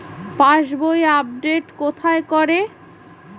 পাসবই update কোথায় করে?